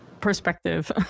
Perspective